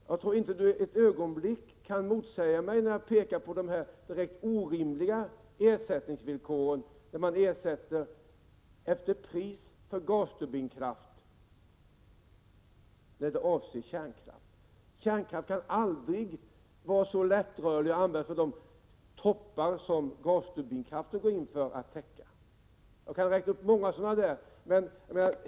Jag tror inte Lennart Pettersson kan motsäga mig när jag pekar på dessa direkt orimliga ersättningsvillkor: Man ersätter kärnkraft efter priset på gasturbinkraft. Kärnkraft kan aldrig vara så lättrörlig och på det sättet användas vid toppar, vilka man går in för att täcka med gasturbinkraften. Jag kan räkna upp flera sådana saker.